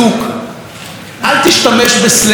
אל תשתמש בסלנג משנות ה-90,